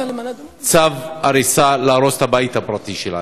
צו הריסה להרוס את הבית הפרטי שלהם.